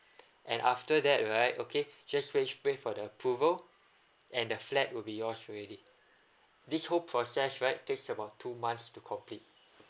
and after that right okay just w~ wait for the approval and the flat will be yours already this whole process right takes about two months to complete